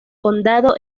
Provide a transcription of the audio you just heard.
condado